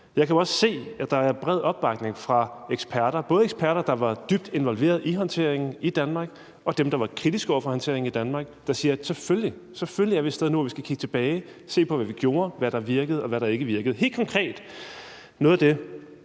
Jeg kan jo også se, at der er bred opbakning fra eksperter, både fra eksperter, der var dybt involverede i håndteringen i Danmark, og dem der var kritiske over for håndteringen i Danmark. De siger, at vi selvfølgelig er et sted nu, hvor vi skal kigge tilbage og se på, hvad vi gjorde, hvad der virkede, og hvad der ikke virkede. Helt konkret er noget af det,